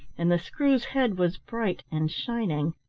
and the screw's head was bright and shining.